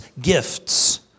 gifts